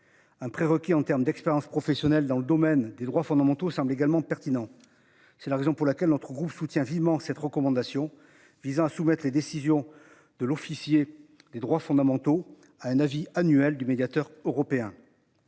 Un prérequis en terme d'expérience professionnelle dans le domaine des droits fondamentaux semblent également pertinent. C'est la raison pour laquelle notre groupe soutient vivement cette recommandation visant à soumettre les décisions de l'officier des droits fondamentaux à un avis annuel du médiateur européen.